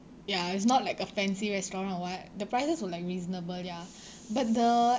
ya it's not like a fancy restaurant or what the prices were like reasonable ya but the